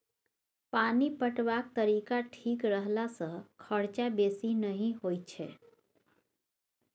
पानि पटेबाक तरीका ठीक रखला सँ खरचा बेसी नहि होई छै